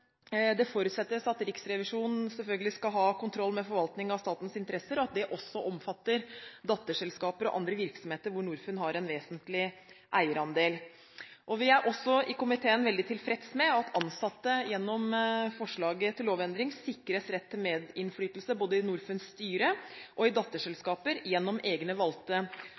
det forutsettes at Riksrevisjonen selvfølgelig skal ha kontroll med forvaltningen av statens interesser – at det også skal omfatte datterselskaper og andre virksomheter hvor Norfund har en vesentlig eierandel. Komiteen er også tilfreds med at ansatte gjennom forslaget til lovendring sikres rett til medinnflytelse, både i Norfunds styre og i datterselskaper gjennom egne valgte